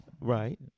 Right